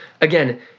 Again